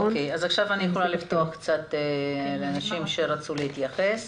עכשיו אני יכולה לפתוח את הדיון לאנשים שרצו להתייחס.